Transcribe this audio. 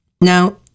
Now